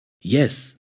Yes